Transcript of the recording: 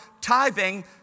tithing